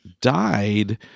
died